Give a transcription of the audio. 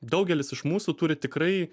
daugelis iš mūsų turi tikrai